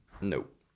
Nope